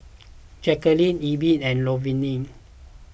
Jacquelin Elby and Lavonne